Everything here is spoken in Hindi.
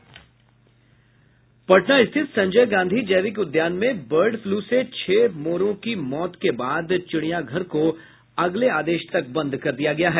पटना स्थित संजय गांधी जैविक उद्यान में बर्ड फ्लू से छह मोरों की मौत के बाद चिड़िया घर को अगले आदेश तक बंद कर दिया गया है